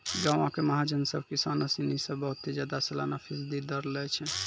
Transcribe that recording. गांवो के महाजन सभ किसानो सिनी से बहुते ज्यादा सलाना फीसदी दर लै छै